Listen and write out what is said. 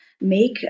make